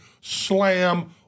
slam